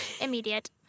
immediate